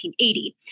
1880